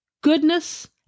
goodness